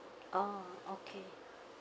oh okay